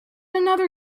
another